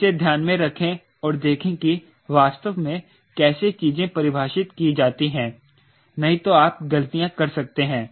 इसे ध्यान में रखें और देखें कि वास्तव में कैसे चीजें परिभाषित की जाती हैं नहीं तो आप गलतियां कर सकते हैं